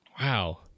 Wow